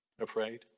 afraid